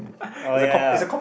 oh ya